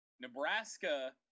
Nebraska